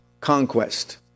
Conquest